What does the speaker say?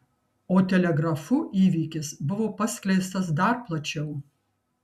o telegrafu įvykis buvo paskleistas dar plačiau